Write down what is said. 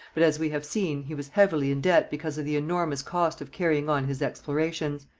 but, as we have seen, he was heavily in debt because of the enormous cost of carrying on his explorations.